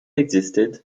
existed